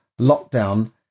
lockdown